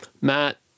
Matt